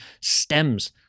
stems